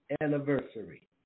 anniversary